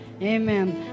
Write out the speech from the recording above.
Amen